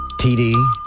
TD